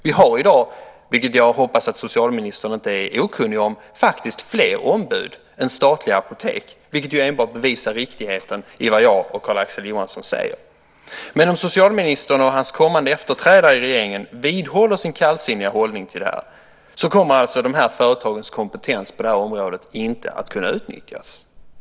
Vi har i dag, vilket jag hoppas att socialministern inte är okunnig om, faktiskt fler ombud än statliga apotek. Det bevisar enbart riktigheten i vad jag och Carl-Axel Johansson säger. Men om socialministern och hans kommande efterträdare i regeringen vidhåller sin kallsinniga hållning kommer de här företagens kompetens på detta område inte att kunna utnyttjas.